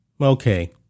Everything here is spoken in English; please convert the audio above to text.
Okay